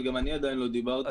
אבל גם אני עוד לא דיברתי,